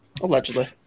Allegedly